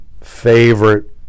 favorite